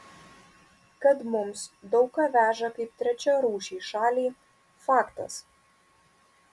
kad mums daug ką veža kaip trečiarūšei šaliai faktas